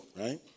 right